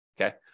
Okay